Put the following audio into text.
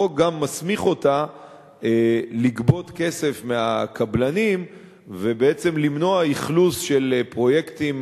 החוק גם מסמיך אותה לגבות כסף מהקבלנים ולמנוע אכלוס של פרויקטים